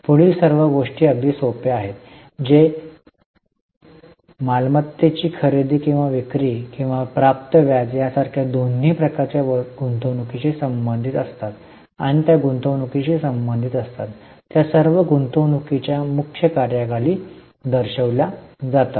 पुढील सर्व गोष्टी अगदी सोप्या आहेत जे मालमत्तेची खरेदी किंवा विक्री किंवा प्राप्त व्याज यासारख्या दोन्ही प्रकारच्या गुंतवणूकीशी संबंधित असतात आणि त्या गुंतवणूकीशी संबंधित असतात त्या सर्व गुंतवणूकीच्या मुख्य कार्याखाली दर्शविल्या जातात